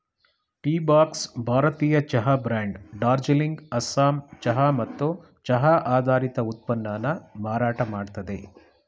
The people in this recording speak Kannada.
ಟೀಬಾಕ್ಸ್ ಭಾರತೀಯ ಚಹಾ ಬ್ರ್ಯಾಂಡ್ ಡಾರ್ಜಿಲಿಂಗ್ ಅಸ್ಸಾಂ ಚಹಾ ಮತ್ತು ಚಹಾ ಆಧಾರಿತ ಉತ್ಪನ್ನನ ಮಾರಾಟ ಮಾಡ್ತದೆ